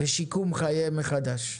ושיקום חייהן מחדש.